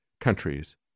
countries